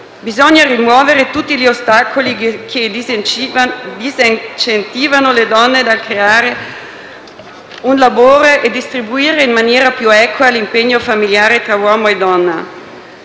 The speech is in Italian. Bisogna rimuovere tutti gli ostacoli che disincentivano le donne dal creare un lavoro e distribuire in maniera più equa l'impegno familiare tra uomo e donna.